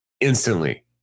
instantly